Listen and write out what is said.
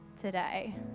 today